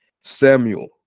Samuel